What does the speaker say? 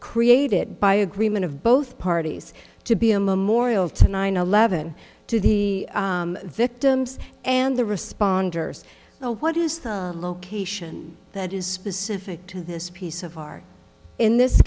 created by agreement of both parties to be a memorial to nine eleven to the victims and the responders what is the location that is specific to this piece of art in this